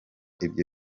ibyo